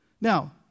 Now